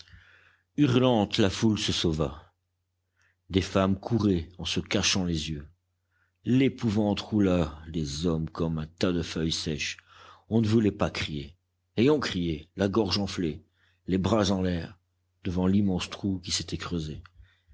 hurlante la foule se sauva des femmes couraient en se cachant les yeux l'épouvante roula des hommes comme un tas de feuilles sèches on ne voulait pas crier et on criait la gorge enflée les bras en l'air devant l'immense trou qui s'était creusé